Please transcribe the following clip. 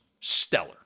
stellar